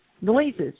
noises